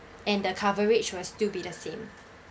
and the coverage will still be the same